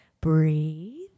breathe